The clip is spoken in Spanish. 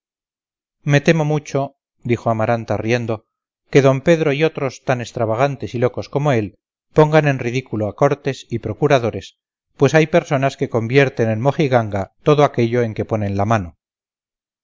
me temo mucho dijo amaranta riendo que d pedro y otros tan extravagantes y locos como él pongan en ridículo a cortes y procuradores pues hay personas que convierten en mojiganga todo aquello en que ponen la mano